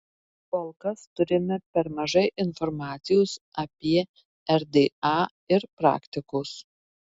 kol kas turime per mažai informacijos apie rda ir praktikos